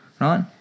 Right